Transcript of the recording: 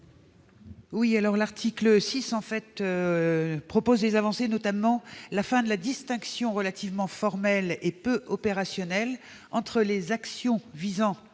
? L'article 6 prévoit des avancées, notamment la fin de la distinction, relativement formelle et peu opérationnelle, entre les actions visant